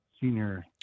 senior